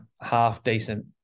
half-decent